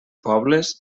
pobles